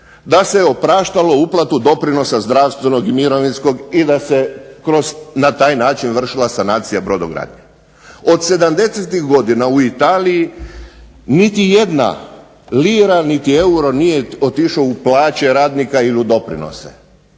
Da se opraštalo uplatu doprinosa zdravstvenog i mirovinskog i da kroz, na taj način vršila sanacija brodogradnje. Od sedamdesetih godina u Italiji niti jedna lira niti euro nije otišao u plaće radnika ili u doprinose,